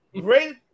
great